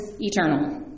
eternal